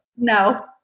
No